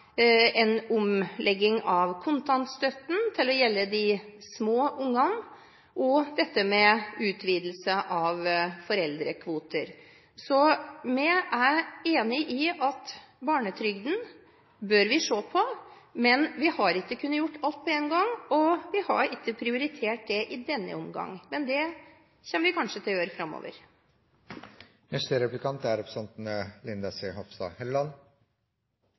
en omlegging av kontantstøtten til å gjelde de små ungene, og dette med utvidelse av foreldrekvoter. Vi er enig i at vi bør se på barnetrygden, men vi har ikke kunnet gjøre alt på én gang. Vi har ikke prioritert det i denne omgang, men det kommer vi kanskje til å gjøre framover. Jeg vil også stille meg bak representanten